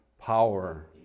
power